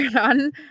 on